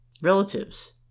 relatives